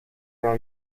راه